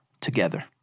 together